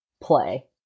play